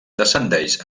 descendeix